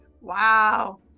Wow